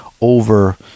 over